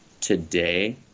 today